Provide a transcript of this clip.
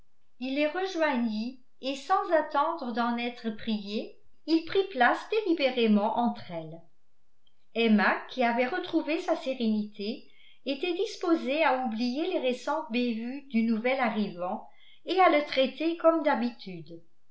il les rejoignit et sans attendre d'en être prié il prit place délibérément entre elles emma qui avait retrouvé sa sérénité était disposée à oublier les récentes bévues du nouvel arrivant et à le traiter comme d'habitude